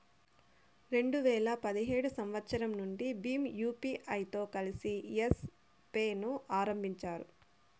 రెండు వేల పదిహేడు సంవచ్చరం నుండి భీమ్ యూపీఐతో కలిసి యెస్ పే ను ఆరంభించారు